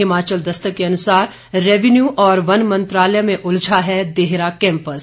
हिमाचल दस्तक के अनुसार रेवन्यू और वन मंत्रालय में उलझा है देहरा कैंपस